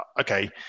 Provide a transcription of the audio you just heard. okay